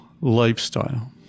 lifestyle